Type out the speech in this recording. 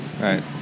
Right